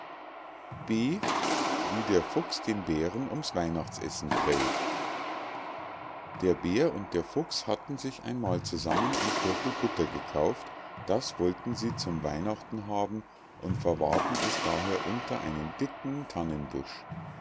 wie der fuchs den bären ums weihnachtsessen prellt der bär und der fuchs hatten sich einmal zusammen ein viertel butter gekauft das wollten sie zum weihnachten haben und verwahrten es daher unter einen dicken